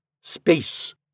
space